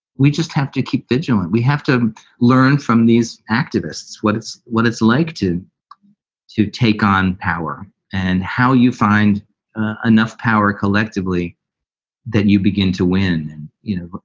we just have to keep vigilant. we have to learn from these activists what it's what it's like to to take on power and how you find enough power collectively that you begin to win. and you know,